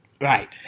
Right